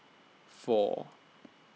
four